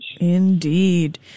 Indeed